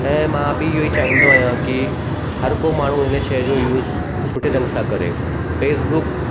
ऐं मां बि इहो ई चाहींदो आहियां की हर को माण्हू हिन शइ जो यूज़ सुठे ढंग सां करे फेसबुक